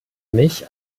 mich